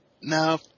now